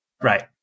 Right